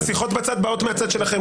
השיחות בצד באות מהצד שלכם,